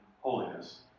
holiness